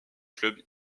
club